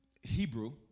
Hebrew